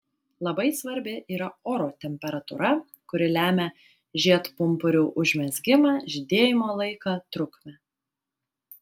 labai svarbi yra oro temperatūra kuri lemia žiedpumpurių užmezgimą žydėjimo laiką trukmę